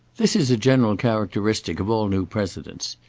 this is a general characteristic of all new presidents.